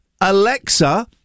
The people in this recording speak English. Alexa